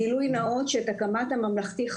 גילוי נאות: הייתי יזמית של הקמת הממלכתי-חרדי,